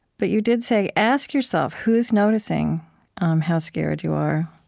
but you did say, ask yourself who's noticing how scared you are,